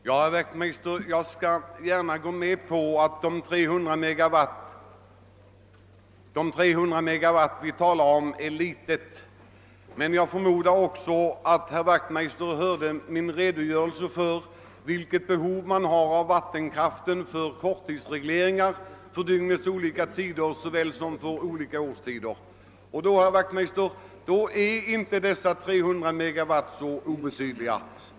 Herr talman! Jag skall gärna gå med på att de 300 megawatt vi talade om är en liten siffra. Men jag förmodar också att herr Wachtmeister hörde min redogörelse för vilka behov man har av vattenkraft för korttidsregleringar under dygnets olika tider såväl som för olika årstider. Då är inte dessa 300 megawatt så obetydliga, herr Wachtmeister.